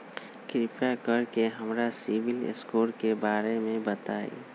कृपा कर के हमरा सिबिल स्कोर के बारे में बताई?